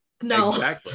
no